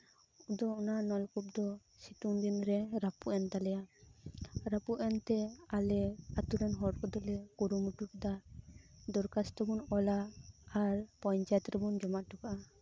ᱟᱫᱚ ᱚᱱᱟ ᱱᱚᱞᱠᱩᱯ ᱫᱚ ᱥᱤᱛᱩᱝ ᱫᱤᱱ ᱨᱮ ᱨᱟᱯᱩᱫ ᱮᱱ ᱛᱟᱞᱮᱭᱟ ᱨᱟᱯᱩᱫ ᱮᱱ ᱛᱮ ᱟᱞᱮ ᱟᱹᱛᱩ ᱨᱮᱱ ᱦᱚᱲ ᱠᱚᱫᱚᱞᱮ ᱠᱩᱨᱩᱢᱩᱴᱩ ᱠᱮᱫᱟ ᱫᱚᱨᱠᱷᱟᱥᱛᱚ ᱵᱚᱱ ᱚᱞᱟ ᱟᱨ ᱯᱚᱧᱪᱟᱭᱮᱛ ᱨᱮᱵᱚᱱ ᱡᱚᱢᱟ ᱦᱚᱴᱚ ᱠᱟᱜᱼᱟ